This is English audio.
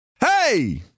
Hey